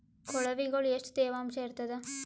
ಕೊಳವಿಗೊಳ ಎಷ್ಟು ತೇವಾಂಶ ಇರ್ತಾದ?